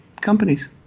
companies